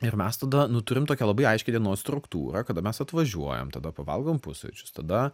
ir mes tada nu turim tokią labai aiškią dienos struktūrą kada mes atvažiuojam tada pavalgom pusryčius tada